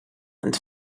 and